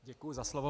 Děkuji za slovo.